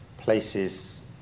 places